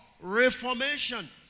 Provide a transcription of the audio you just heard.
Reformation